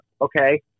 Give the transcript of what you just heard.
okay